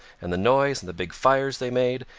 and the noise and the big fires they made,